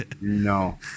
No